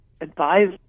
advised